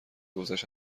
گذشت